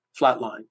flatline